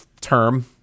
term